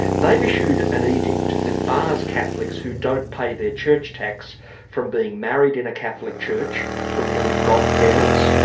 they've issued an edict that bars catholics who don't pay their church tax from being married in a catholic church, from being godparents,